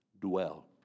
Dwell